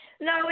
No